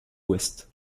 ouest